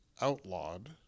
outlawed